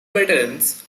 veterans